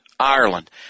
Ireland